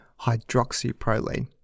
hydroxyproline